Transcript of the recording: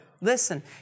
Listen